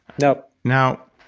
no. now,